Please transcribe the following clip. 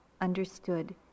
understood